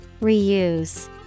Reuse